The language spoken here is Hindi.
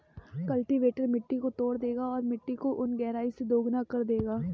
कल्टीवेटर मिट्टी को तोड़ देगा और मिट्टी को उन गहराई से दोगुना कर देगा